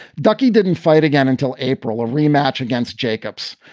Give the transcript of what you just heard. ducky didn't fight again until april. a rematch against jacobs.